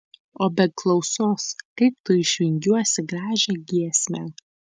o be klausos kaip tu išvingiuosi gražią giesmę